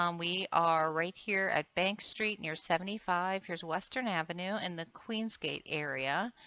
um we are right here at bank street near seventy five. here is western avenue in the queensgate area.